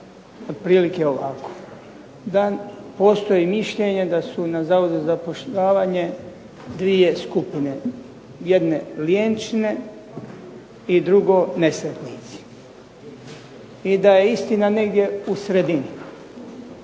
otprilike ovako, da postoji mišljenje da su na Zavodu za zapošljavanje dvije skupine jedne lijenčine i drugo nesretnici i da je istina negdje u sredini.